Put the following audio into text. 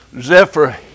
Zephyr